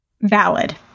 Valid